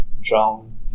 drown